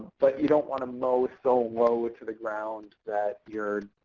but you don't want to mow so low to the ground that you're